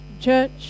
Church